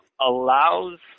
allows